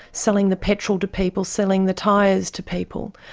selling the petrol to people, selling the tyres to people,